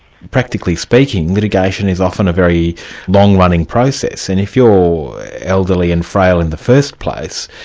practically speaking, litigation is often a very long-running process, and if you're elderly and frail in the first place,